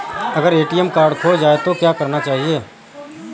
अगर ATM card खो जाए तो क्या करना चाहिए?